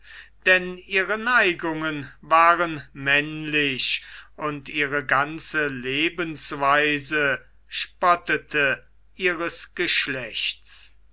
denn ihre neigungen waren männlich und ihre ganze lebensweise spottete ihres geschlechts